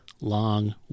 long